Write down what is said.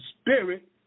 spirit